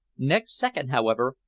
next second, however,